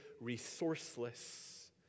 resourceless